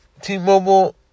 T-Mobile